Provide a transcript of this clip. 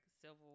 civil